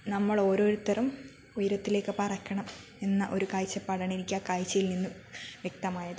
നമ്മളോരുരുത്തരും ഉയരത്തിലേക്ക് പറക്കണം എന്ന ഒരു കാഴ്ചപ്പാടാണ് എനിക്ക് ആ കാഴ്ചയിൽ നിന്നും വ്യക്തമായത്